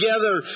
together